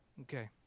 Okay